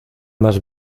más